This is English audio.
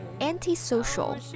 antisocial